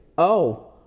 oh,